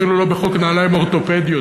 אפילו לא בחוק נעליים אורתופדיות,